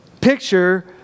picture